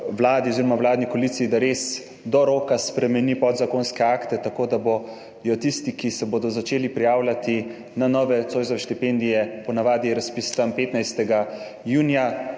vladi oziroma vladni koaliciji, da res do roka spremeni podzakonske akte tako, da bodo tisti, ki se bodo začeli prijavljati na nove Zoisove štipendije, po navadi je razpis 15. junija,